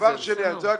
אני רוצה